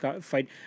fight